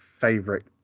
favorite